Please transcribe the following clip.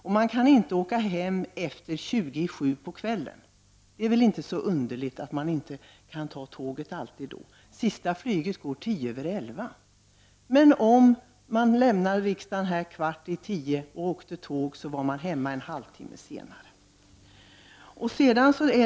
Man kan nu inte åka hem till Borlänge efter kl. 18.40 på kvällen; då är det väl inte så underligt att man inte alltid kan ta tåget. Det sista flyget går kl. 23.10. Om man skulle lämna riksdagen kl. 21.45 för att ta tåget, vore man hemma en halvtimme senare.